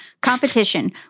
competition